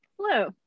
Hello